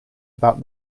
about